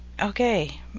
Okay